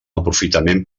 aprofitament